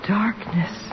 darkness